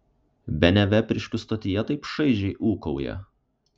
bene vepriškių stotyje taip šaižiai ūkauja